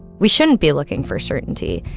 we shouldn't be looking for certainty.